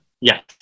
Yes